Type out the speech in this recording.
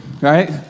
right